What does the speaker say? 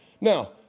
Now